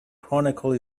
chronicle